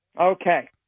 okay